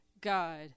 God